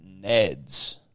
Neds